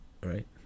right